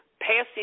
passing